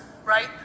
Right